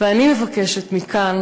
ואני מבקשת מכאן,